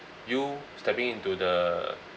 you stepping into the